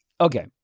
okay